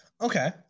Okay